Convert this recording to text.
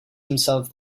himself